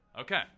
Okay